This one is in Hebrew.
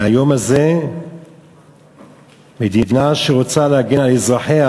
מהיום הזה מדינה שרוצה להגן על אזרחיה